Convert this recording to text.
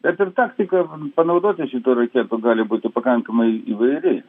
bet ir taktiką panaudoti šito reikėtų gali būti pakankamai įvairi